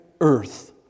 Earth